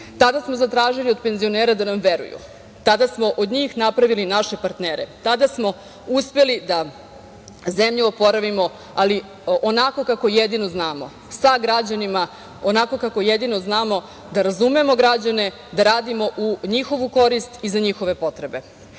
Tada smo zatražili od penzionera da nam veruju, tada smo od njih napravili naše partnere, tada smo uspeli da zemlju oporavimo, ali onako kako jedino znamo sa građanima, onako kako jedino znamo da razumemo građane, da radimo u njihovu korist i za njihove potrebe. Tako